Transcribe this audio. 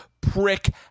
prick